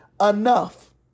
enough